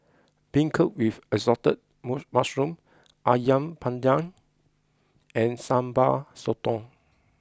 Beancurd with Assorted moss Mushrooms Ayam Panggang and Sambal Sotong